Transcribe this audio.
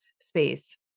space